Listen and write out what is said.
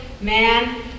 man